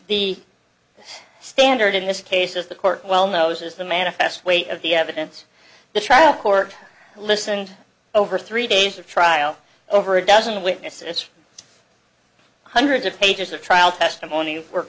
the standard in this case is the court well knows is the manifest weight of the evidence the trial court listened over three days of trial over a dozen witnesses from hundreds of pages of trial testimony were